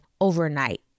overnight